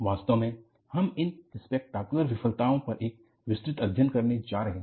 वास्तव में हम इन स्पेक्टाकुलर विफलताओं पर एक विस्तृत अध्ययन करने जा रहे हैं